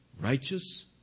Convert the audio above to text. righteous